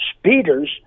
speeders